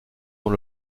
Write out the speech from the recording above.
dans